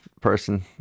person